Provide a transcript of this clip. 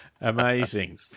amazing